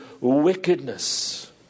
wickedness